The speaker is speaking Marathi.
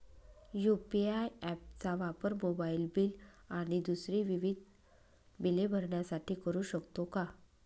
यू.पी.आय ॲप चा वापर मोबाईलबिल आणि दुसरी विविध बिले भरण्यासाठी करू शकतो का?